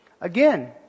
Again